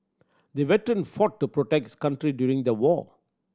the veteran fought to protect his country during the war